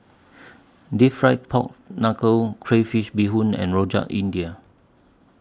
Deep Fried Pork Knuckle Crayfish Beehoon and Rojak India